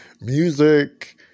Music